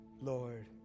Lord